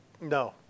No